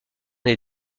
des